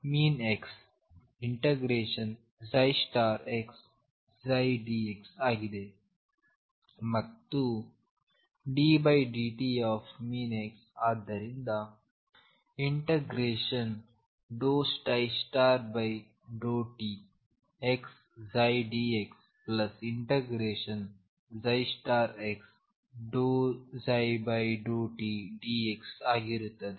⟨X⟩ ∫xψdx ಆಗಿದೆ ಮತ್ತು ddt⟨x⟩ ಆದ್ದರಿಂದ ∫ ∂ψ∂t xψ dx∫ x∂ψ∂t dx ಆಗಿರುತ್ತದೆ